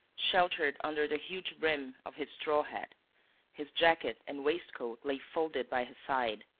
sheltered under the huge brim of his straw hat his jacket and waistcoat lay folded by his side.